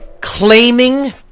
claiming